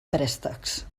préstecs